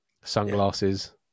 sunglasses